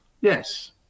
yes